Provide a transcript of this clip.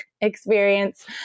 experience